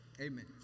amen